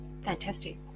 Fantastic